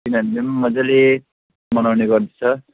तिनारले पनि मजाले मनाउने गर्दछ